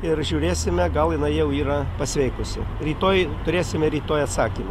ir žiūrėsime gal jinai jau yra pasveikusi rytoj turėsime rytoj atsakymą